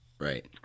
Right